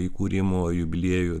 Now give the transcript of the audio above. įkūrimo jubiliejų